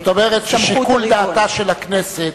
זאת אומרת ששיקול דעתה של הכנסת,